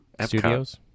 studios